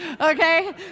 okay